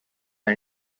are